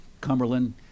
Cumberland